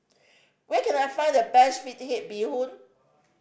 where can I find the best fish head bee hoon